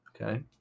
Okay